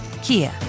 Kia